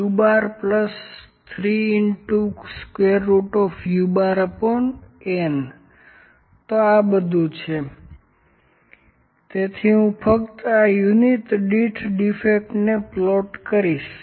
L u3un તો આ જ બધુ છે તેથી હું ફક્ત આ યુનિટ દીઠ ડીફેક્ટને પ્લોટ કરીશ